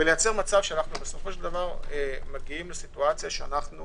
ולייצר מצב שאנו מגיעים לסיטואציה שאנחנו